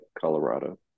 colorado